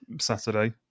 Saturday